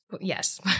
Yes